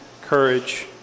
courage